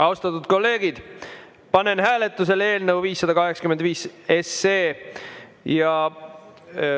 Austatud kolleegid, panen hääletusele eelnõu 585 ja